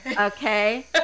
okay